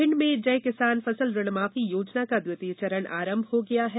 भिंड में जय किसान फसल ऋण माफी योजना का द्वितीय चरण आरंभ हो गया है